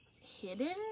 hidden